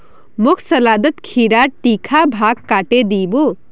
मोक सलादत खीरार तीखा भाग काटे दी बो